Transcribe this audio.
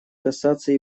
касаться